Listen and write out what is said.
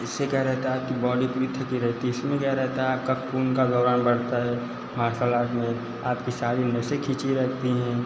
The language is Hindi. इससे क्या रहता है आपकी बॉडी पूरी थकी रहती है इसमें क्या रहता है आपका खून का दौरान बढ़ता है मार्सल आर्ट में आपकी सारी नसें खिंची रहती हैं